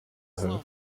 her